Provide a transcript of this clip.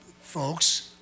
folks